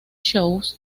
shows